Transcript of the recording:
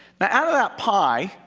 but out of that pie,